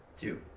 Two